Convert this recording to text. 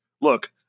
Look